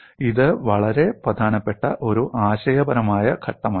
ഇത് വളരെ പ്രധാനപ്പെട്ട ഒരു ആശയപരമായ ഘട്ടമായിരുന്നു